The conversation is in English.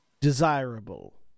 desirable